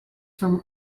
from